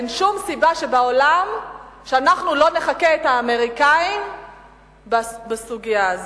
אין שום סיבה בעולם שאנחנו לא נחקה את האמריקנים בסוגיה הזאת.